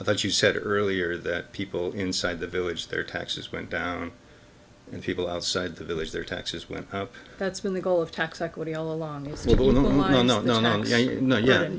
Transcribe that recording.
i thought you said earlier that people inside the village their taxes went down and people outside the village their taxes went up that's been the goal of tax equity all along with little or no